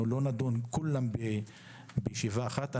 בוועדת המשנה לא נדון בכולן בישיבה אחת.